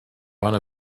one